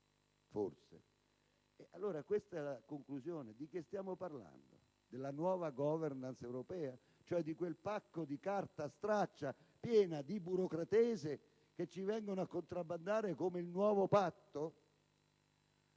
primi. Allora, questa è la conclusione. Di cosa stiamo parlando? Della nuova *governance* europea, cioè di quel pacco di carta straccia piena di burocratese che ci vengono a contrabbandare come il nuovo Patto?